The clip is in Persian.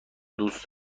دوست